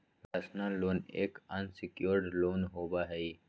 personal loan एक unsecured loan होबा हई